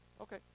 Okay